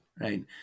right